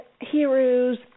heroes